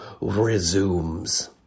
resumes